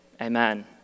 Amen